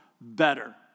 Better